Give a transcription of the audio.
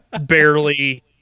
barely